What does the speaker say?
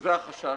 שזה החשש.